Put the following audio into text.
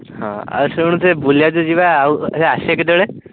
ହଁ ଆଉ ଶୁଣ ସେ ବୁଲିବାକୁ ଯେଉଁ ଯିବା ଆଉ ଆସିବା କେତେବେଳେ